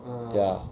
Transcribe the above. ya